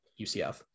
UCF